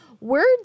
words